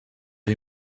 wie